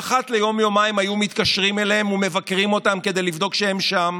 ואחת ליום-יומיים היו מתקשרים אליהם ומבקרים אותם כדי לבדוק שהם שם.